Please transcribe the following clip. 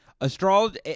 Astrology